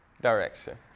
direction